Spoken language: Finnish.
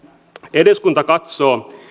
eduskunta katsoo